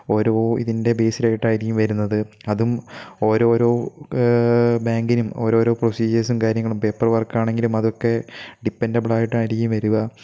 ഓരോ ഇതിൻ്റെ ബേസിലായിട്ടായിരിക്കും വരുന്നത് അതും ഓരോരോ ബാങ്കിനും ഓരോരോ പ്രൊസീജേസും കാര്യങ്ങളും പേപ്പർ വർക്ക് ആണെങ്കിലും അതൊക്കെ ഡിപെൻഡബിൾ ആയിട്ടായിരിക്കും വരിക